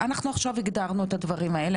אנחנו עכשיו הגדרנו את הדברים האלה,